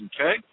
okay